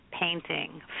painting